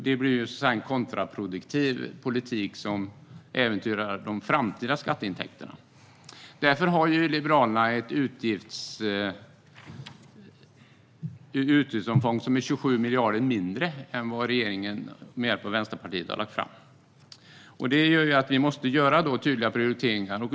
Det blir en kontraproduktiv politik som äventyrar de framtida skatteintäkterna. Därför har Liberalerna ett utgiftsomfång som är 27 miljarder mindre än i det förslag som regeringen med hjälp av Vänsterpartiet har lagt fram. Det gör att vi måste göra tydliga prioriteringar.